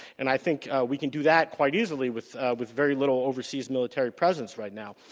and i think we can do that quite easily with with very little overseas military presence right now.